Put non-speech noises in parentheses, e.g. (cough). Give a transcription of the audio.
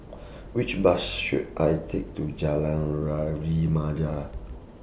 Which Bus should I Take to Jalan (unintelligible)